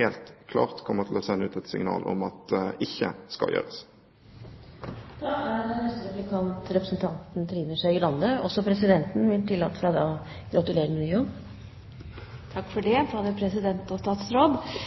helt klart til å sende ut et signal om at man ikke skal gjøre det. Da er neste replikant representanten Trine Skei Grande. Også presidenten vil tillate seg å gratulere med ny jobb. Takk for det, både president og statsråd.